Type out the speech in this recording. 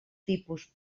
tipus